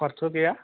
अफारथ' गैया